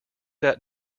that